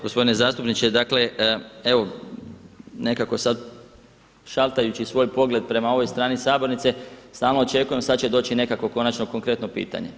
Gospodine zastupniče, dakle evo nekako sada šaltajući svoj pogleda prema ovoj strani sabornice stalno očekujem sad će doći nekakvo konačno konkretno pitanje.